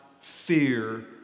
fear